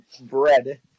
bread